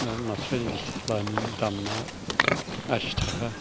आर नास्राइ निस्लानि दामा आसि थाखा